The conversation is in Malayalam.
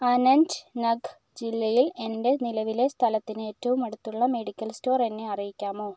അനന്ത്നഗ് ജില്ലയിൽ എൻ്റെ നിലവിലെ സ്ഥലത്തിന് ഏറ്റവും അടുത്തുള്ള മെഡിക്കൽ സ്റ്റോർ എന്നെ അറിയിക്കാമോ